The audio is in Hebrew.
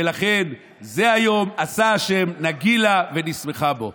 ולכן "זה היום עשה ה' נגילה ונשמחה בו".